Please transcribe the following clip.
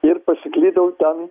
ir pasiklydau ten